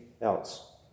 else